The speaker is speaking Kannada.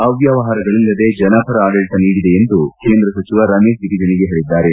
ಅವ್ಲವಹಾರಗಳಿಲ್ಲದೆ ಜನಪರ ಆಡಳಿತ ನೀಡಿದೆ ಎಂದು ಕೇಂದ್ರ ಸಚಿವ ರಮೇಶ್ ಜಿಗಜಿಣಗಿ ಹೇಳಿದ್ದಾರೆ